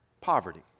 poverty